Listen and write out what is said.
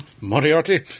Moriarty